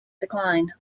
decline